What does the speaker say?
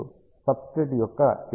substrate యొక్క ఎత్తు 0